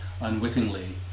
unwittingly